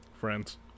Friends